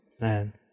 Man